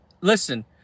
Listen